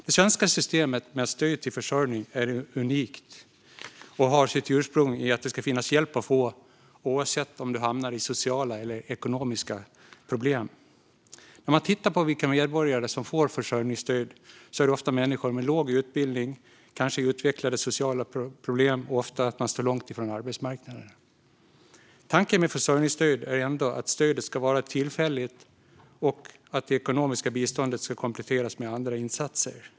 Det svenska systemet med stöd till försörjning är unikt och har sitt ursprung i att det ska finnas hjälp att få oavsett om du hamnar i sociala eller ekonomiska problem. När man tittar på vilka medborgare som får försörjningsstöd ser man att det ofta är människor med låg utbildning och kanske med utvecklade sociala problem. De står ofta också långt ifrån arbetsmarknaden. Tanken med försörjningsstöd är ändå att stödet ska vara tillfälligt och att det ekonomiska biståndet ska kompletteras med andra insatser.